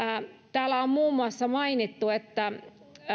täällä on muun muassa mainittu että